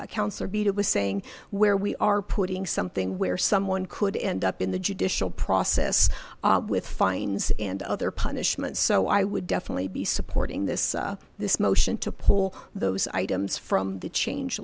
accounts are beat it was saying where we are putting something where someone could end up in the judicial process with fines and other punishment so i would definitely be supporting this this motion to pull those items from the change